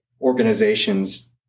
organizations